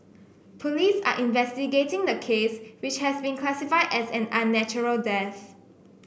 police are investigating the case which has been classified as an unnatural death